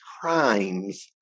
crimes